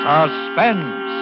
Suspense